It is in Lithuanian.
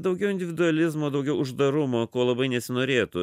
daugiau individualizmo daugiau uždarumo ko labai nesinorėtų